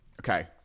okay